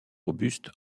robuste